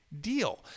deal